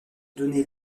donner